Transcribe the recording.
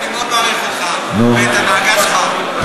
אני מאוד מעריך אותך ואת הדאגה שלך,